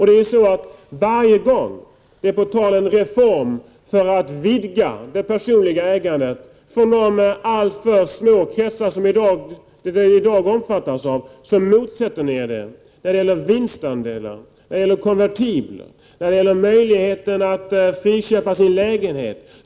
Varje gång en reform är på tal för att vidga det personliga ägandet från de alltför små kretsar som det i dag omfattas av motsätter sig regeringen det när det gäller vinstandelar, när det gäller konvertibler, när det gäller möjligheterna att friköpa lägenheter.